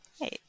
Hey